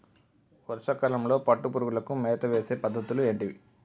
వర్షా కాలంలో పట్టు పురుగులకు మేత వేసే పద్ధతులు ఏంటివి?